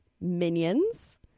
Minions